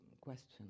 question